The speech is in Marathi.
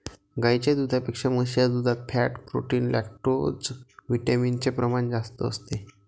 गाईच्या दुधापेक्षा म्हशीच्या दुधात फॅट, प्रोटीन, लैक्टोजविटामिन चे प्रमाण जास्त असते